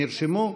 נרשמו?